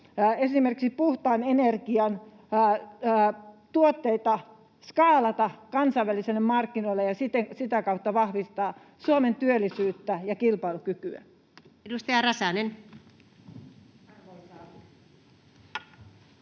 esimerkiksi puhtaan energian tuotteita skaalata kansainvälisille markkinoille ja sitä kautta vahvistaa Suomen työllisyyttä ja kilpailukykyä. Edustaja Räsänen.